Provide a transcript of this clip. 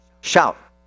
Shout